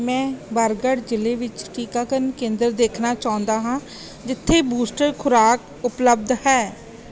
ਮੈਂ ਬਰਗੜ੍ਹ ਜ਼ਿਲ੍ਹੇ ਵਿੱਚ ਟੀਕਾਕਰਨ ਕੇਂਦਰ ਦੇਖਣਾ ਚਾਹੁੰਦਾ ਹਾਂ ਜਿੱਥੇ ਬੂਸਟਰ ਖੁਰਾਕ ਉਪਲੱਬਧ ਹੈ